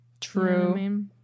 true